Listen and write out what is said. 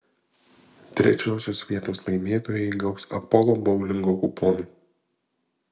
trečiosios vietos laimėtojai gaus apolo boulingo kuponų